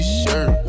shirt